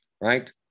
right